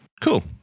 Cool